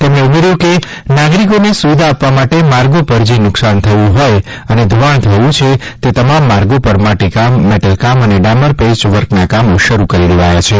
તેમણે ઉમેર્યુ કે નાગરિકોને સુવિધા આપવા માટે માર્ગો પર જે નૂકશાન થયું હોય અને ધોવાણ થયુ છે તે તમામ માર્ગો પર માટી કામ મેટલ કામ અને ડામર પેચ વર્કના કામો શરૂ કરી દેવાયા છે